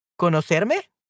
¿Conocerme